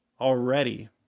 already